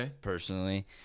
personally